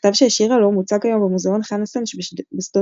מכתב שהשאירה לו מוצג כיום במוזיאון חנה סנש בשדות-ים.